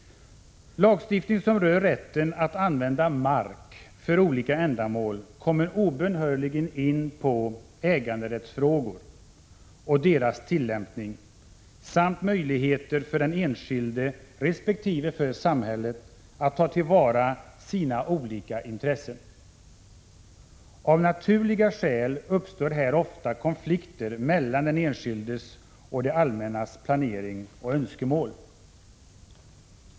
Lagstiftning som berör rätten att använda mark för olika ändamål kommer obönhörligen in på äganderättsfrågor och deras tillämpning samt möjligheterna för den enskilde resp. för samhället att ta till vara sina olika intressen. Av naturliga skäl uppstår här ofta konflikter mellan den enskildes och det allmännas planering och önskemål.